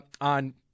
on